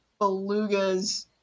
belugas